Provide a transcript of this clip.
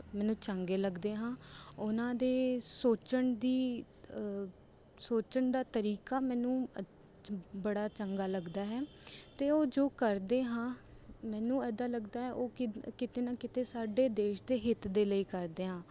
ਮੈਨੂੰ ਚੰਗੇ ਲੱਗਦੇ ਹਾਂ ਉਹਨਾਂ ਦੇ ਸੋਚਣ ਦੀ ਸੋਚਣ ਦਾ ਤਰੀਕਾ ਮੈਨੂੰ ਬੜਾ ਚੰਗਾ ਲੱਗਦਾ ਹੈ ਅਤੇ ਉਹ ਜੋ ਕਰਦੇ ਹਾਂ ਮੈਨੂੰ ਇਦਾਂ ਲੱਗਦਾ ਹੈ ਉਹ ਕਿਤੇ ਨਾ ਕਿਤੇ ਸਾਡੇ ਦੇਸ਼ ਦੇ ਹਿੱਤ ਦੇ ਲਈ ਕਰਦੇ ਹੈ